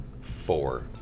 Four